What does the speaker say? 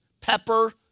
pepper